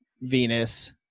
venus